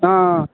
ಹಾಂ